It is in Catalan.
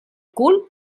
cul